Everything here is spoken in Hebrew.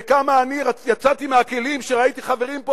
וכמה אני יצאתי מהכלים כשראיתי חברים פה